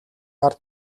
ард